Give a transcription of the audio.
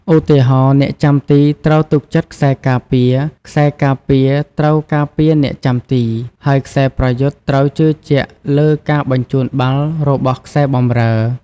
ឧទាហរណ៍ អ្នកចាំទីត្រូវទុកចិត្តខ្សែការពារ ខ្សែការពារត្រូវការពារអ្នកចាំទី ហើយខ្សែប្រយុទ្ធត្រូវជឿជាក់លើការបញ្ជូនបាល់របស់ខ្សែបម្រើ។